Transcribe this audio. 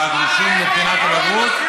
בעד רישום לבחינת הבגרות,